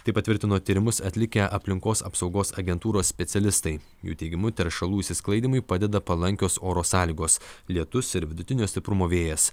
tai patvirtino tyrimus atlikę aplinkos apsaugos agentūros specialistai jų teigimu teršalų išsisklaidymui padeda palankios oro sąlygos lietus ir vidutinio stiprumo vėjas